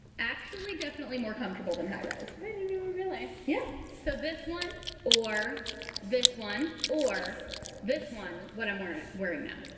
actually definitely more comfortable than high rise. i didn't even and realize. yeah. so this one or this one or this one, what i'm wearing wearing now.